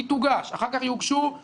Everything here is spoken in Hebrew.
היא תוגש, אחר כך יוגשו התנגדויות.